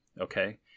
okay